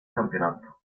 campeonato